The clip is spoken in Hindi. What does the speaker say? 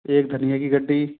एक धनिये की गड्डी